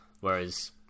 Whereas